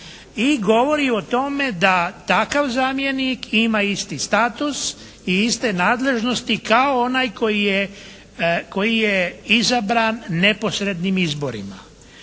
i govori o tome da takav zamjenik ima isti status i iste nadležnosti kao onaj koji je izabran neposrednim izborima.